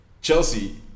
Chelsea